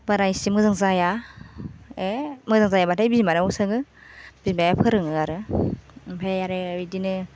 बारा एसे मोजां जाया ए मोजां जायाबाथाय बिमानाव सोङो बिमाया फोरोङो आरो ओमफ्राय आरो बिदिनो